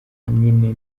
nyine